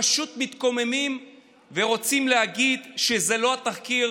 פשוט מתקוממים ורוצים להגיד שזה לא תחקיר,